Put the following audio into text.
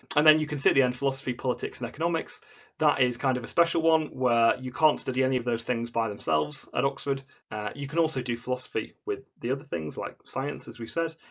and then you can see the end philosophy, politics and economics that is kind of a special one where you can't study any of those things by themselves at oxford you can also do philosophy with the other things like science as we said,